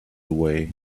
away